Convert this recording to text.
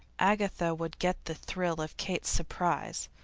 agatha would get the thrill of kate's surprise.